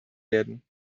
werden